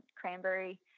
cranberry